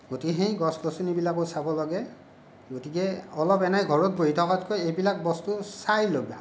গতিকে সেই গছ গছনিবিলাকো চাবৰ বাবে গতিকে অলপ এনেই ঘৰত বহি থকাতকৈ এইবিলাক বস্তু চাই ল'বা